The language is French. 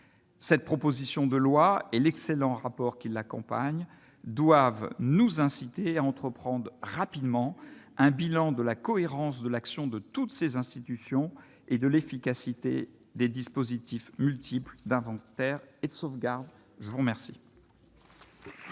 cette proposition de loi et l'excellent rapport qui l'accompagne, doivent nous inciter à entreprendre rapidement un bilan de la cohérence de l'action de toutes ses institutions et de l'efficacité des dispositifs multiple d'inventaire et de sauvegarde, je vous remercie.